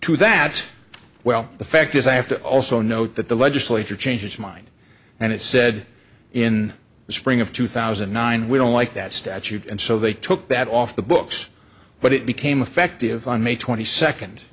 to that well the fact is i have to also note that the legislature changed its mind and it said in the spring of two thousand and nine we don't like that statute and so they took that off the books but it became effective on may twenty second